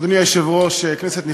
אדוני היושב-ראש, כנסת נכבדה,